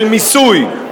של מיסוי,